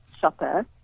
shopper